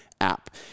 App